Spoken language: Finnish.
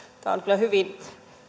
kyllä hyvin